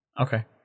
Okay